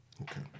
Okay